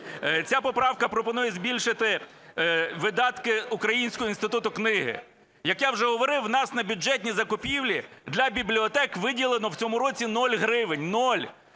Ця поправка пропонує збільшити видатки Українського інституту книги. Як я уже говорив, у нас на бюджетні закупівлі для бібліотек виділено в цьому році нуль гривень, нуль.